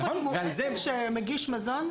ועל זה שמגיש מזון,